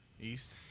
East